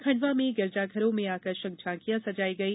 खंडवा में गिरजाघरों में आकर्षक झांकियां सजाई गई